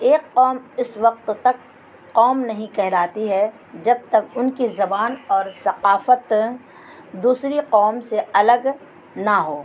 ایک قوم اس وقت تک قوم نہیں کہہراتی ہے جب تک ان کی زبان اور ثقافت دوسری قوم سے الگ نہ ہو